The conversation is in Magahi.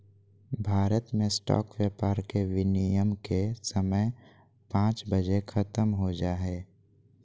भारत मे स्टॉक व्यापार के विनियम के समय पांच बजे ख़त्म हो जा हय